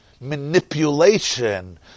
manipulation